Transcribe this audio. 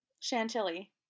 Chantilly